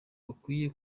bakwiye